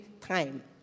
time